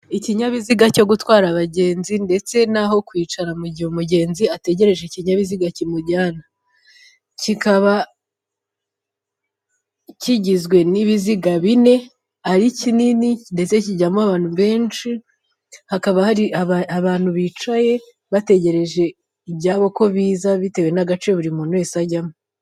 Ikinyabiziga cyo gutwara abagenzi ndetse n'aho kwicara mu gihe umugenzi ategereje ikinyabiziga kimujyana, kikaba kigizwe n'ibiziga bine ari kinini ndetse kijyamo abantu benshi, hakaba hari abantu bicaye bategereje ibyabo ko biza bitewe n'agace buri muntu wese ajyamo.